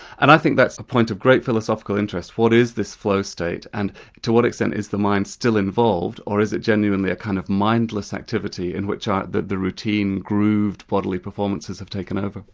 and i think that's a point of great philosophical interest what is this flow state and to what extent is the mind still involved, or is it genuinely a kind of mindless activity in which ah the the routine grooved bodily performances have taken over?